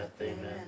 Amen